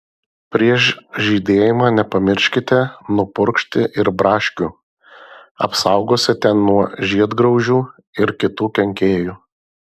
prieš žydėjimą nepamirškite nupurkšti ir braškių apsaugosite nuo žiedgraužių ir kitų kenkėjų